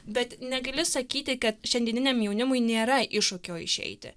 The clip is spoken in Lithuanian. bet negali sakyti kad šiandieniniam jaunimui nėra iššūkio išeiti